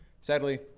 Sadly